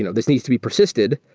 you know this needs to be persisted.